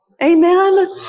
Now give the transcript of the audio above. amen